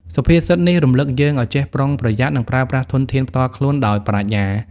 សុភាសិតនេះរំលឹកយើងឲ្យចេះប្រុងប្រយ័ត្ន និងប្រើប្រាស់ធនធានផ្ទាល់ខ្លួនដោយប្រាជ្ញា។